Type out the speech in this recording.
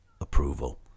approval